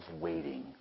waiting